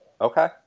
okay